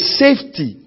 safety